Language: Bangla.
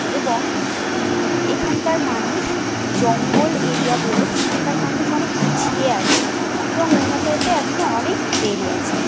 এবং এখানকার মানুষ জঙ্গল এরিয়া বলে এখানকার মানুষ অনেক পিছিয়ে আছে এবং উন্নত হতে এখনও অনেক দেরি আছে